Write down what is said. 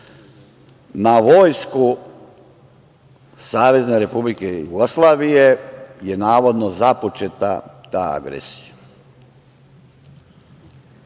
Na vojsku Savezne Republike Jugoslavije je navodno započeta ta agresija. Ona